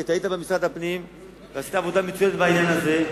כי אתה היית במשרד הפנים ועשית עבודה מצוינת בעניין הזה.